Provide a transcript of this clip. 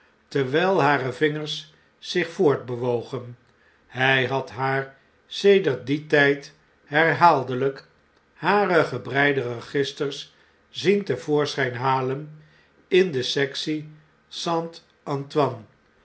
terwyi hare vingers zich voortbewogen hij had haar sedert dien tyd herhaaldeiyk hare gebreide registers zien te voorschyn halen in de sectie